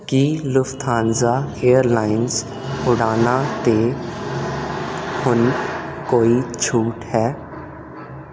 ਕੀ Lufthansa airlines ਉਡਾਨਾਂ 'ਤੇ ਹੁਣ ਕੋਈ ਛੂਟ ਹੈ